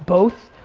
both.